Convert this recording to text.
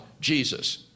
Jesus